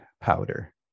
powder